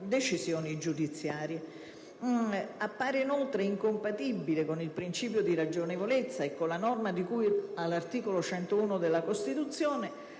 Grazie,